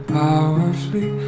powerfully